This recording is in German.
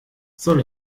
soll